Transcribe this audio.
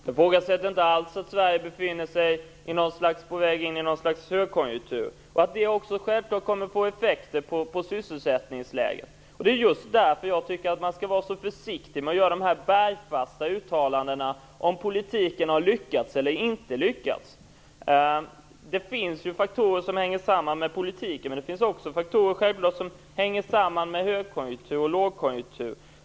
Fru talman! Jag ifrågasätter inte alls att Sverige är på väg in i något slags högkonjunktur. Självklart kommer det också att få effekter på sysselsättningsläget. Det är just därför jag tycker man skall vara försiktig med dessa bergfasta uttalanden om huruvida politiken har lyckats eller inte lyckats. Det finns ju faktorer som hänger samman med politiken, men det finns självklart också faktorer som hänger samman med hög och lågkonjunktur.